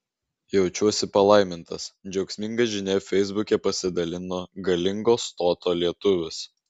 jaučiuosi palaimintas džiaugsminga žinia feisbuke pasidalino galingo stoto lietuvis